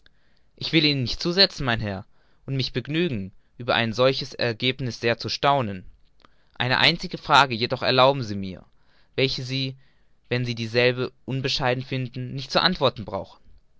ich will ihnen nicht zusetzen mein herr und mich begnügen über ein solches ergebniß sehr zu staunen eine einzige frage jedoch erlauben sie mir welche sie wenn sie dieselbe unbescheiden finden nicht zu beantworten brauchen